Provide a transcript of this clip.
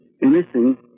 missing